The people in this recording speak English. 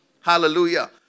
Hallelujah